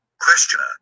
Questioner